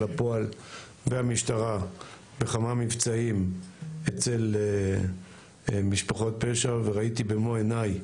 לפועל והמשטרה בכמה מבצעים אצל משפחות פשע וראיתי במו עיניי